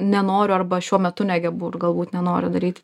nenoriu arba šiuo metu negebu ir galbūt nenoriu daryti